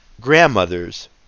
grandmothers